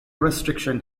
restriction